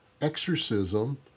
exorcism